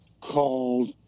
called